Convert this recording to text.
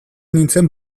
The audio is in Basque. nintzen